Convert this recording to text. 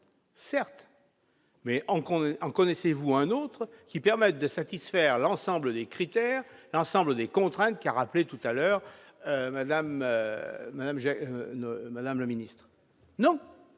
Certes, mais en connaissez-vous un autre qui permette de satisfaire l'ensemble des critères et des contraintes rappelés tout à l'heure par Mme la ministre ? Non !